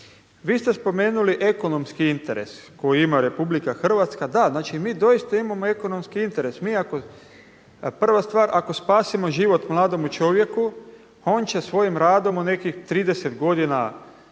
Vi ste spomenuli ekonomski interes koji ima RH, da, znači mi doista imamo ekonomski interes. Prva stvar, ako spasimo život mladomu čovjeku on će svojim radom u nekih 30 godina